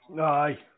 Aye